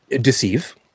deceive